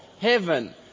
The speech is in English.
Heaven